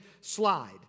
slide